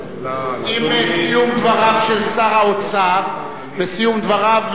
עם סיום דבריו של שר האוצר וסיום דבריו,